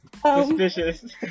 Suspicious